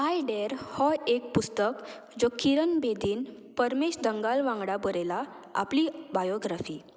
I dare हो एक पुस्तक जो किरण बेदीन परमेश दंगाल वांगडा बरयलां आपली बायोग्राफी